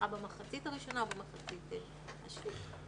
במחצית השנייה.